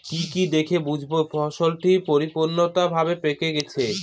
কি কি দেখে বুঝব ফসলটি পরিপূর্ণভাবে পেকে গেছে?